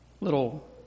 little